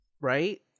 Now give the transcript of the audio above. Right